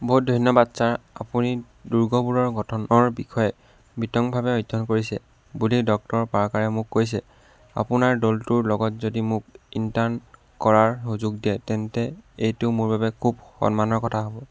বহুত ধন্যবাদ ছাৰ আপুনি দুৰ্গবোৰৰ গঠনৰ বিষয়ে বিতংভাৱে অধ্যয়ন কৰিছে বুলিও ডক্টৰ পাৰ্কাৰে মোক কৈছে আপোনাৰ দলটোৰ লগত যদি মোক ইণ্টাৰ্ণ কৰাৰ সুযোগ দিয়ে তেন্তে এইটো মোৰ বাবে খুব সন্মানৰ কথা হ'ব